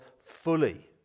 fully